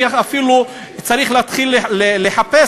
אפילו צריך להתחיל לחפש,